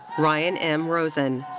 ryan m. rosen.